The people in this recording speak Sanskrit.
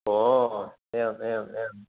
ओ एवम् एवम् एवम्